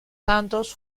santos